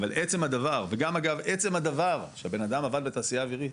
אבל עצם הדבר שבנאדם עבד בתעשייה אווירית,